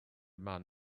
man